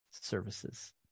services